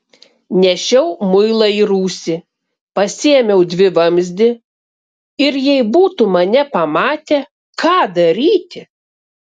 nešiau muilą į rūsį pasiėmiau dvivamzdį ir jei būtų mane pamatę ką daryti